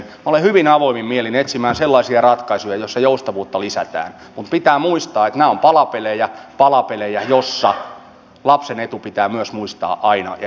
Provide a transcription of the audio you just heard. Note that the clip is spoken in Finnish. minä tulen hyvin avoimin mielin etsimään sellaisia ratkaisuja joissa joustavuutta lisätään mutta pitää muistaa että nämä ovat palapelejä palapelejä joissa lapsen etu pitää myös muistaa aina ja joka tilanteessa